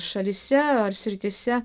šalyse ar srityse